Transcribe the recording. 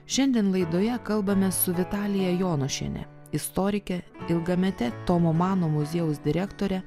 šiandien laidoje kalbame su vitalija jonušiene istorike ilgamete tomo mano muziejaus direktore